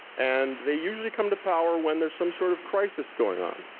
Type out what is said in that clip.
and they usually come to power when there's some sort of crisis going on.